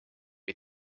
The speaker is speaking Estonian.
või